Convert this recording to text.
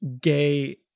gay